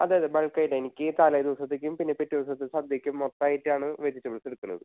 അതെതെ ബൾക്കായിട്ടാണ് എനിക്ക് തലേദിവസത്തേക്കും പിറ്റേ ദിവസത്തെ സദ്യക്കും മൊത്തായിട്ടാണ് വെജിറ്റെബിൾസ് എടുക്കണത്